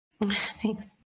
Thanks